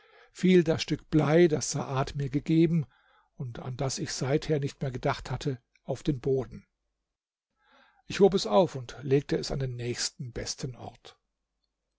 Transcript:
fiel das stück blei das saad mir gegeben und an das ich seither nicht mehr gedacht hatte auf den boden ich hob es auf und legte es an den nächsten besten ort